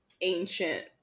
ancient